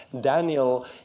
Daniel